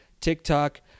TikTok